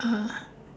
uh